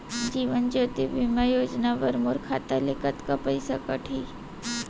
जीवन ज्योति बीमा योजना बर मोर खाता ले कतका पइसा कटही?